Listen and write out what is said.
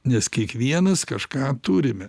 nes kiekvienas kažką turime